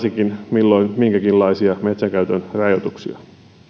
milloin minkäkinlaisia metsänkäytön rajoituksia